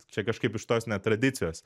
čia kažkaip iš tos net tradicijos